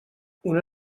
una